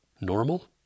normal